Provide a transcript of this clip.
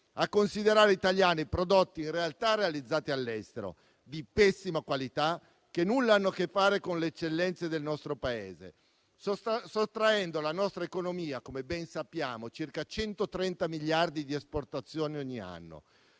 a considerare italiani prodotti in realtà realizzati all'estero, di pessima qualità, che nulla hanno a che fare con le eccellenze del nostro Paese, sottraendo alla nostra economia, come ben sappiamo, circa 130 miliardi di esportazione ogni anno.